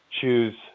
choose